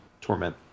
torment